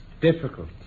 difficult